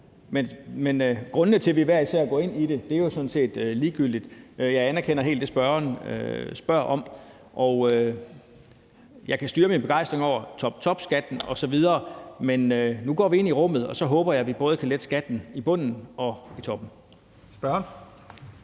Men grundene til, at vi hver især går ind i det, er jo sådan set ligegyldigt. Jeg anerkender helt det, spørgeren spørger om. Jeg kan styre min begejstring over toptopskatten osv., men nu går vi ind i rummet, og så håber jeg, at vi både kan lette skatten i bunden og i toppen.